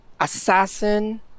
assassin